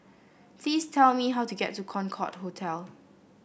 please tell me how to get to Concorde Hotel